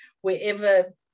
wherever